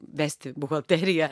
vesti buhalteriją